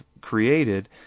created